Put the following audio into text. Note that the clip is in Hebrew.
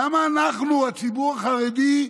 למה אנחנו, הציבור החרדי,